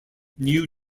new